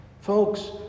Folks